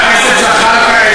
(חבר הכנסת ג'מאל זחאלקה יוצא מאולם המליאה.) חבר הכנסת